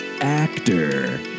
actor